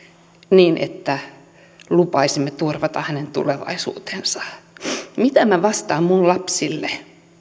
niin että lupaisimme turvata hänen tulevaisuutensa mitä minä vastaan minun lapsilleni